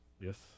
Yes